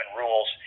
rules